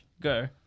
go